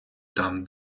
там